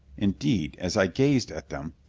indeed, as i gazed at them,